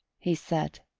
he said,